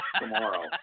tomorrow